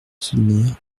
soutenir